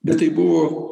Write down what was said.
bet tai buvo